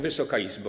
Wysoka Izbo!